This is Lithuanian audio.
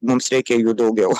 mums reikia jų daugiau